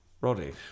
Roddy